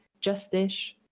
justice